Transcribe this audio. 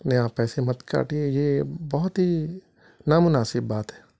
نہیں آپ پیسے مت کاٹیے یہ بہت ہی نامناسب بات ہے